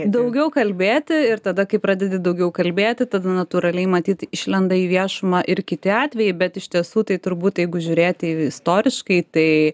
daugiau kalbėti ir tada kai pradedi daugiau kalbėti tada natūraliai matyt išlenda į viešumą ir kiti atvejai bet iš tiesų tai turbūt jeigu žiūrėti istoriškai tai